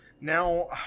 Now